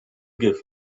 give